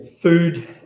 Food